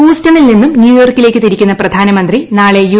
ഹൂസ്റ്റണിൽ നിന്നും ന്യൂയോർക്കിലേക്ക് തിരിക്കുന്ന പ്രധാനമന്ത്രി നാളെ യു